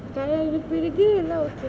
தலைவர பிறகு எல்லா:thalaivara piragu ellaa okay